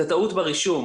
את הטעות ברישום,